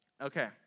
Okay